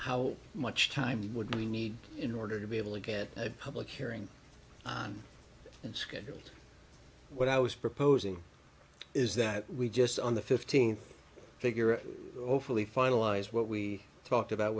how much time would we need in order to be able to get a public hearing on the schedule what i was proposing is that we just on the fifteenth figure overly finalize what we talked about